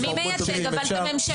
אבל מי מייצג את הממשלה?